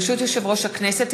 ברשות יושב-ראש הכנסת,